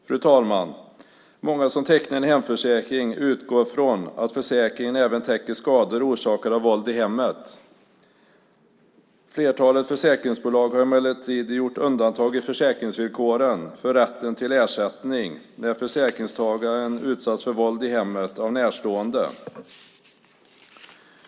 Fru talman! Många som tecknar en hemförsäkring utgår från att försäkringen även täcker skador orsakade av våld i hemmet. Flertalet försäkringsbolag har emellertid gjort undantag i försäkringsvillkoren för rätten till ersättning när försäkringstagaren utsatts för våld i hemmet av närstående.